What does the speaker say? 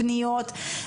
פניות,